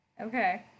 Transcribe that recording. Okay